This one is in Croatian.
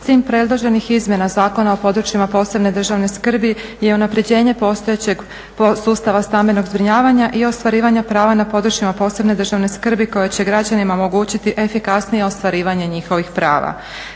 Cilj predloženih izmjena Zakona o područjima posebne državne skrbi je unaprjeđenje postojećeg sustava stambenog zbrinjavanja i ostvarivanja prava na područjima posebne državne skrbi koje će građanima omogućiti efikasnije ostvarivanje njihovih prava.